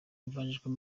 evangelical